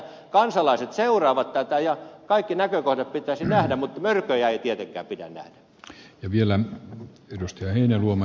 kansalaiset seuraavat tätä ja kaikki näkökohdat pitäisi nähdä mutta mörköjä ei tietenkään pidä nähdä